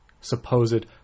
supposed